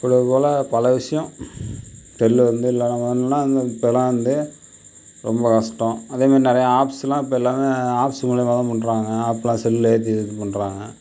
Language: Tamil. இவ்ளோக்கு இவ்வளோ பல விஷயம் செல்லு வந்து இல்லைனா இப்போலாம் வந்து ரொம்ப கஷ்டம் அதேமாதிரி நிறையா ஆப்ஸ்லாம் இப்போ எல்லாம் ஆப்ஸ் மூலியமாகதான் பண்ணுறாங்க ஆப்பலாம் செல்லு ஏற்றி இது பண்ணுறாங்க